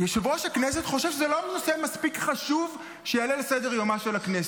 יושב-ראש הכנסת חושב שזה לא נושא מספיק חשוב שיעלה לסדר-יומה של הכנסת.